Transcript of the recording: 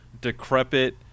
decrepit